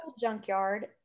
junkyard